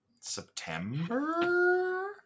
September